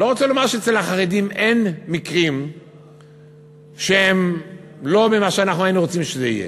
אצל החרדים אין מקרים שהם לא מה שהיינו רוצים שיהיה.